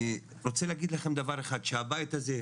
רוצה להגיד לכם דבר אחד שהבית הזה,